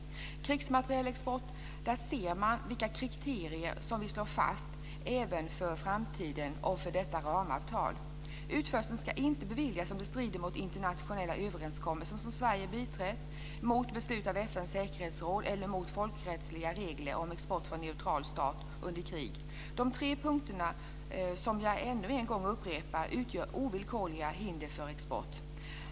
I fråga om krigsmaterielexport ser man vilka kriterier som vi slår fast även för framtiden och för detta ramavtal. Utförseln ska inte beviljas om den strider mot internationella överenskommelser som Sverige har biträtt, mot beslut av FN:s säkerhetsråd eller mot folkrättsliga regler om export från neutral stat under krig. Dessa tre punkter, som jag än en gång upprepar, utgör ovillkorliga hinder för export.